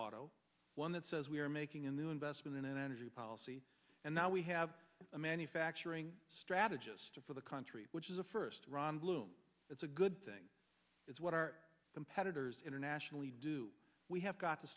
auto one that says we are making in the investment in energy policy and now we have a manufacturing strategist for the country which is a first ron bloom that's a good thing is what our competitors internationally do we have got to